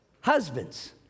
Husbands